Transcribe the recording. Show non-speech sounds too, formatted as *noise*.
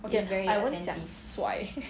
okay I won't 讲帅 *laughs*